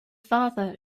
father